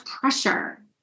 pressure